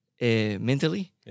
mentally